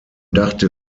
dachte